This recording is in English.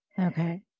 Okay